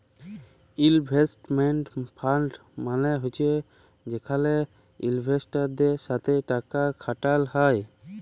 investment fund মালে হছে যেখালে ইলভেস্টারদের সাথে টাকা খাটাল হ্যয়